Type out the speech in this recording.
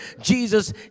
Jesus